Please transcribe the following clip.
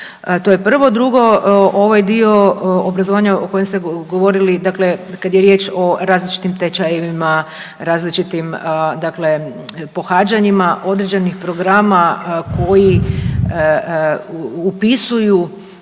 To je prvo. Drugo, ovaj dio obrazovanje o kojem ste govorili dakle kada je riječ o različitim tečajevima, različitim pohađanjima određenih programa koji upisuju